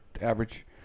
average